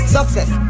Success